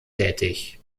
tätig